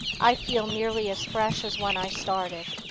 i feel nearly as fresh as when i started.